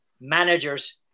Managers